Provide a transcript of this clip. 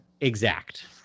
exact